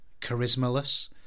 charismaless